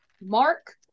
mark